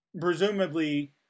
Presumably